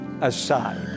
aside